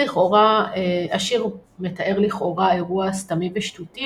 השיר מתאר לכאורה אירוע סתמי ושטותי,